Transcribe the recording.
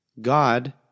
God